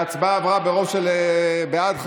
ההצעה עברה ברוב של 50 בעד,